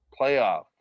playoff